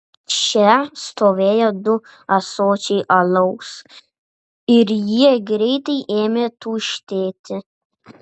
čia stovėjo du ąsočiai alaus ir jie greitai ėmė tuštėti